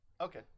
okay